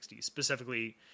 specifically